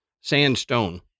sandstone